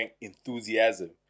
enthusiasm